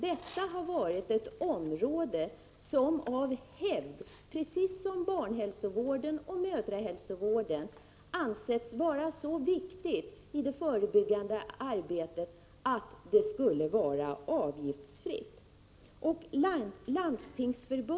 Detta har varit ett område som av hävd, precis som barnhälsovården och mödrahälsovården, ansetts vara så viktigt i det förebyggande arbetet att det skulle vara avgiftsfritt.